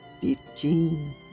fifteen